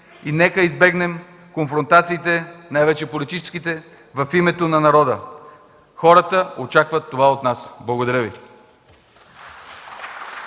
и нека избегнем конфронтациите, най-вече политическите, в името на народа. Хората очакват това от нас. Благодаря Ви.